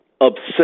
obsessed